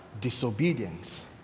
disobedience